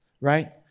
Right